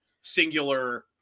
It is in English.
singular